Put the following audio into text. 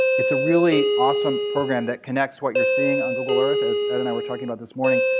it's a really awesome program that connects what you're seeing on google earth, as ed and i were talking about this morning,